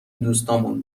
دوستامون